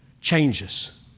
changes